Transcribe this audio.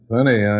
Funny